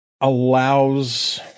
allows